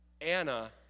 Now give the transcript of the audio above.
Anna